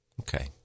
Okay